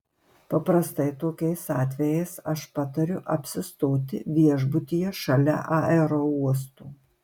paprastai tokiais atvejais aš patariu apsistoti viešbutyje šalia aerouosto